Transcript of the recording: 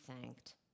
thanked